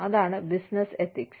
അതാണ് business ethics